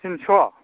थिन्छ'